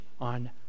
on